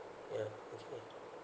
yeah